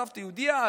הסבתא יהודייה,